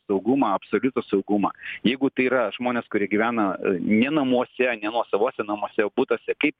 saugumą absoliutų saugumą jeigu tai yra žmonės kurie gyvena ne namuose ne nuosavuose namuose o butuose kaip